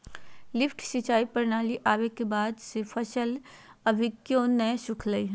lift सिंचाई प्रणाली आवे के बाद से फसल कभियो नय सुखलय हई